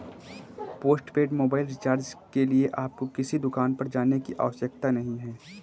postpaid mobile recharge के लिए आपको किसी दुकान पर जाने की आवश्यकता नहीं है